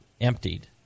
emptied